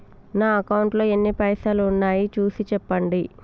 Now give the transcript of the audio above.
నా అకౌంట్లో ఎన్ని పైసలు ఉన్నాయి చూసి చెప్పండి?